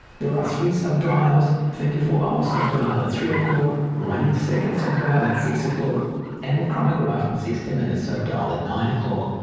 there are three sub-dials twenty four hours sub-dial at three o'clock running second sub-dial at six o'clock and a chronograph sixty minutes sub-dial at nine o'clock.